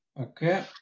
okay